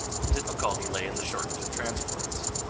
the difficulty lay in the shortage of transports.